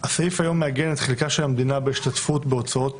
הסעיף היום מעגן את חלקה של המדינה בהשתתפות בהוצאות